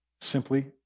simply